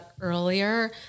earlier